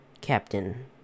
Captain